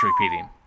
repeating